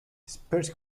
sparse